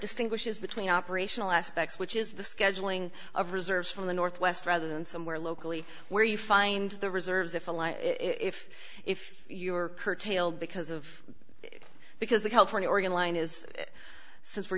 distinguishes between operational aspects which is the scheduling of reserves from the northwest rather than somewhere locally where you find the reserves if a lie if if you were curtailed because of because the california organ line is since we're